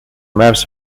maps